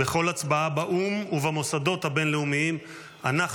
בכל הצבעה באו"ם ובמוסדות הבין-לאומיים אנחנו